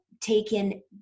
taken